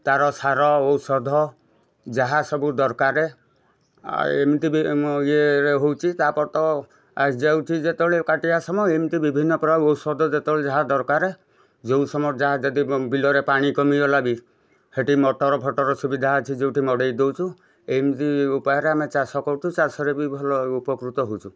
ତା'ର ସାର ଔଷଧ ଯାହାସବୁ ଦରକାରେ ଏମିତି ବି ମୁଁ ଇଏ ହେଉଛି ତା'ପରେ ତ ଆସି ଯାଉଛି ଯେତେବେଳେ କାଟିବା ସମୟ ଏମିତି ବିଭିନ୍ନ ପ୍ରକାର ଔଷଧ ଯେତେବେଳେ ଯାହା ଦରକାରେ ଯେଉଁ ସମୟରେ ଯାହା ଯଦି ବିଲରେ ପାଣି କମିଗଲା ବି ସେଠି ମଟରଫଟର୍ ସୁବିଧା ଅଛି ଯେଉଁଠି ମଡ଼େଇ ଦେଉଛୁ ଏମତି ଉପାୟରେ ଆମେ ଚାଷ କରୁଛୁ ଚାଷରେ ବି ଭଲ ଉପକୃତ ହେଉଛୁ